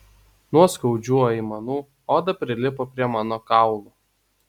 nuo skaudžių aimanų oda prilipo prie mano kaulų